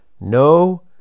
no